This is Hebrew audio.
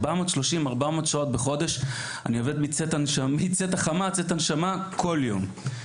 אני עובד מצאת החמה עד צאת הנשמה כל יום.